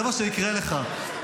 זה מה שיקרה לך.